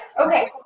Okay